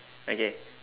okay